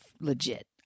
legit